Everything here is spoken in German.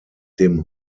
dem